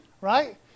right